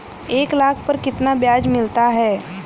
एक लाख पर कितना ब्याज मिलता है?